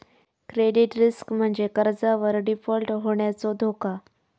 credit risk म्हणजे कर्जावर default होण्याचो धोका